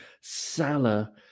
Salah